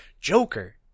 Joker